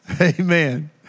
Amen